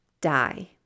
die